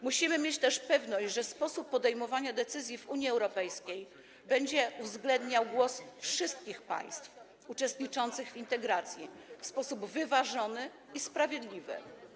Musimy mieć też pewność, że sposób podejmowania decyzji w Unii Europejskiej będzie uwzględniał głos wszystkich państw uczestniczących w integracji w sposób wyważony i sprawiedliwy.